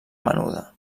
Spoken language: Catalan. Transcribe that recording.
menuda